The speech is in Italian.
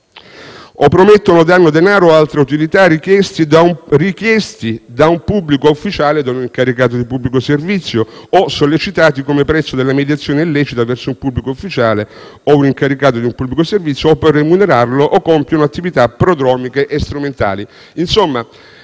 promettere o dare denaro o altra utilità richiesti (richiesti) da un pubblico ufficiale o da un incaricato di un pubblico servizio o sollecitati come prezzo della mediazione illecita verso un pubblico ufficiale o un incaricato di un pubblico servizio o per remunerarlo; o compiere attività prodromiche e strumentali. Insomma,